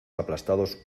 aplastados